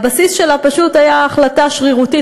הבסיס שלה פשוט היה החלטה שרירותית